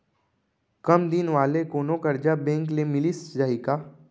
कम दिन वाले कोनो करजा बैंक ले मिलिस जाही का?